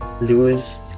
lose